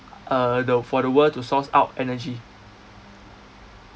uh the for the world to source out energy